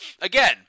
again